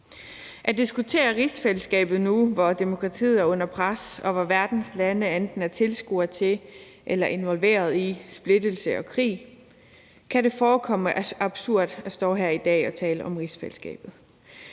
og tale om rigsfællesskabet nu, hvor demokratiet er under pres, og hvor verdens lande enten er tilskuere til eller involveret i splittelse og krig, kan forekomme absurd. Hvad i himlens